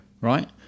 right